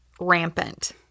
rampant